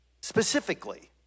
specifically